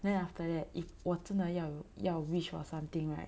then after that if 我真的要要 wish for something right